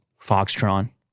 Foxtron